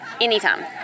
anytime